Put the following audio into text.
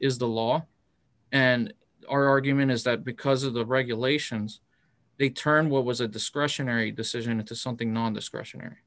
is the law and our argument is that because of the regulations they turned what was a discretionary decision into something non discretionary